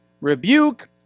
rebuke